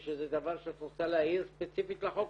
יש איזה דבר שאת רוצה להעיר ספציפית לחוק?